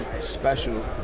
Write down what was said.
special